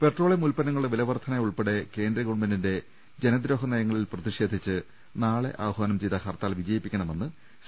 petroleum ഉല്പന്നങ്ങളുടെ വിലവർദ്ധ്ന ഉൾപ്പെടെ കേന്ദ്ര ഗവൺമെന്റിന്റെ ജനദ്രോഹ നയങ്ങളിൽ പ്രതിഷേധിച്ച് നാളെ ആഹാനം ചെയ്ത ഹർത്താൽ വിജയിപ്പിക്കണമെന്ന് സി